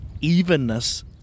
evenness